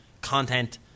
content